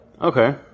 Okay